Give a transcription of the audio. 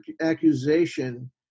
accusation